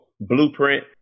Blueprint